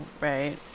right